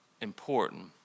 important